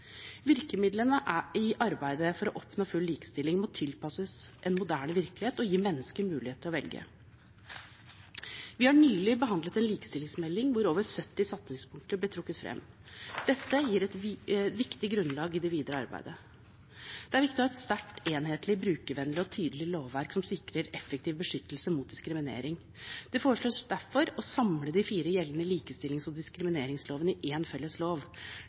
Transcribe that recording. Virkemidlene i arbeidet for å oppnå full likestilling må tilpasses en moderne virkelighet og gi mennesker mulighet til å velge. Vi har nylig behandlet en likestillingsmelding hvor over 70 satsingspunkter ble trukket fram. Dette gir et viktig grunnlag for det videre arbeidet. Det er viktig å ha et sterkt, enhetlig, brukervennlig og tydelig lovverk som sikrer effektiv beskyttelse mot diskriminering. Det foreslås derfor å samle de fire gjeldende likestillings- og diskrimineringslovene i én felles lov.